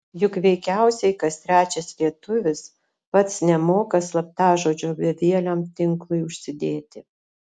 juk veikiausiai kas trečias lietuvis pats nemoka slaptažodžio bevieliam tinklui užsidėti